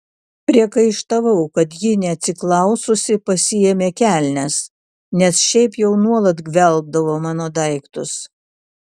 priekaištavau kad ji neatsiklaususi pasiėmė kelnes nes šiaip jau nuolat gvelbdavo mano daiktus